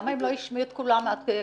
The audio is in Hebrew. --- למה הם לא השמיעו את קולם עד עכשיו,